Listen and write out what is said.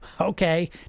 Okay